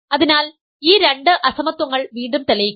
അതിനാൽ ഈ രണ്ട് അസമത്വങ്ങൾ വീണ്ടും തെളിയിക്കാം